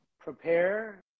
prepare